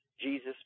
Jesus